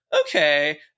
okay